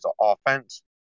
offense